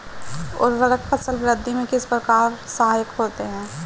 उर्वरक फसल वृद्धि में किस प्रकार सहायक होते हैं?